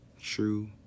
true